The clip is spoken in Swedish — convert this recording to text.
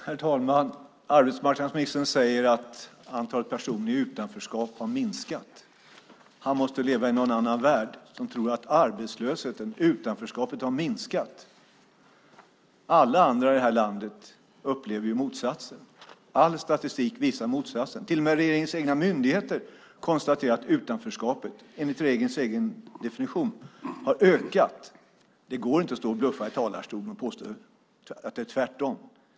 Herr talman! Arbetsmarknadsministern säger att antalet personer i utanförskap har minskat. Han måste leva i en annan värld som tror att arbetslösheten och utanförskapet har minskat. Alla andra i det här landet upplever ju motsatsen. All statistik visar på motsatsen. Till och med regeringens egna myndigheter konstaterar att utanförskapet, enligt regeringens egen definition, har ökat. Det går inte att stå i talarstolen och bluffa och påstå att det är tvärtom.